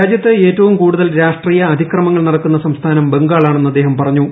രാജ്യത്ത് ഏറ്റവും കൂടുതൽ രാഷ്ട്രീയ ീഅതിക്രമങ്ങൾ നടക്കുന്ന സംസ്ഥാനം ബംഗാളാണെന്ന് അദ്ദേഹം പറഞ്ഞു